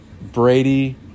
Brady